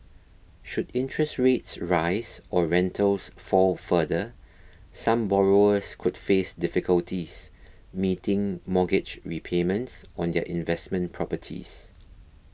should interest rates rise or rentals fall further some borrowers could face difficulties meeting mortgage repayments on their investment properties